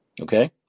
okay